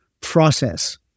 process